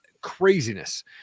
craziness